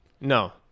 No